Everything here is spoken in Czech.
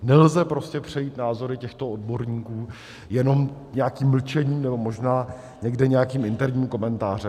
Nelze prostě přejít názory těchto odborníků jenom nějakým mlčením, nebo možná někde nějakým interním komentářem.